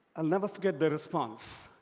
i'll never forget their response